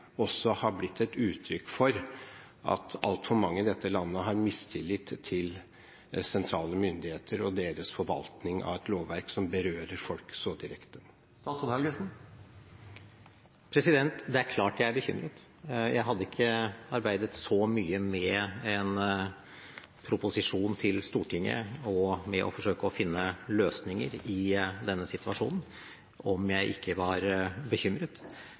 også har blitt et uttrykk for at altfor mange i dette landet har mistillit til sentrale myndigheter og deres forvaltning av et lovverk som berører folk så direkte? Det er klart jeg er bekymret. Jeg hadde ikke arbeidet så mye med en proposisjon til Stortinget og med å forsøke å finne løsninger i denne situasjonen om jeg ikke var bekymret.